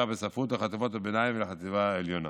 בספרות לחטיבות הביניים ולחטיבה העליונה.